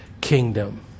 kingdom